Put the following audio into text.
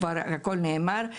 כבר הכל נאמר.